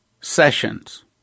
Sessions